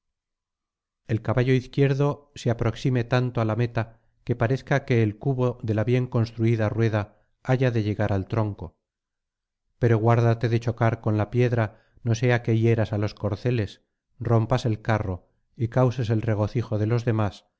el caballo izquierdo se aproxime tanto á la meta que parezca que el cubo de la bien construida rueda haya de llegar al tronco pero guárdate de chocar con la piedra no sea que hieras á los corceles rompas el carro y causes el regocijo de los demás